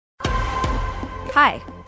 Hi